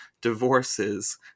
divorces